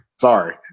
sorry